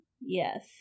Yes